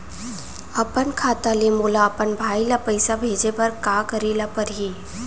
अपन खाता ले मोला अपन भाई ल पइसा भेजे बर का करे ल परही?